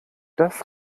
das